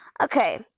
Okay